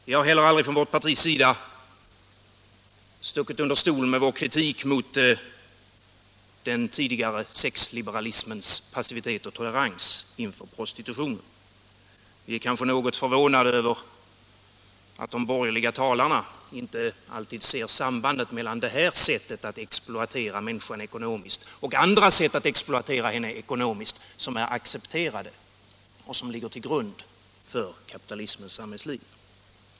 Vi har heller aldrig från vårt partis sida stuckit under stol med vår kritik mot den tidigare sexliberalismens passivitet och tolerans inför prostitutionen. Vi är kanske något förvånade över att de borgerliga talarna inte alltid ser sambandet mellan det här sättet att exploatera människan ekonomiskt och andra sätt att exploatera henne ekonomiskt som är accepterade och som ligger till grund för kapitalismens samhällsliv.